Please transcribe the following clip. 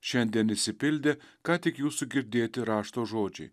šiandien išsipildė ką tik jūsų girdėti rašto žodžiai